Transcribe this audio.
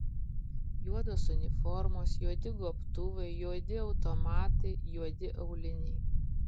juodos uniformos juodi gobtuvai juodi automatai juodi auliniai